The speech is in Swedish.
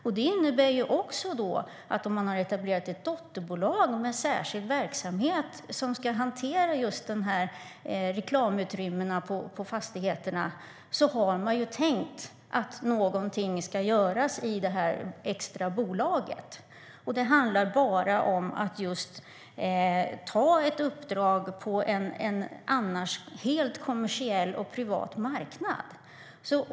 Om man har etablerat ett dotterbolag med särskild verksamhet, som ska hantera just reklamutrymmena på fastigheterna, innebär det att man har tänkt att någonting ska göras i det extra bolaget. Det handlar bara om att just ta ett uppdrag på en annars helt kommersiell och privat marknad.